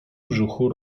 brzuchu